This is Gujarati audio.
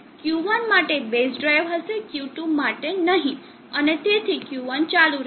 Q1 માટે બેઝ ડ્રાઇવ હશે Q2 માટે નહીં અને તેથી Q1 ચાલુ રહેશે